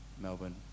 Melbourne